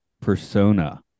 persona